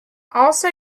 also